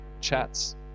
chats